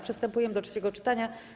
Przystępujemy do trzeciego czytania.